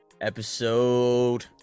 episode